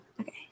okay